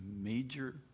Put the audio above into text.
major